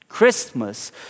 Christmas